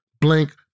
blank